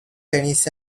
tennis